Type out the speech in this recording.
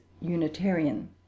unitarian